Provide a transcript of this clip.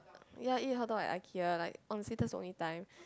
ya eat hotdog at Ikea like on certain only times